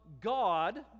god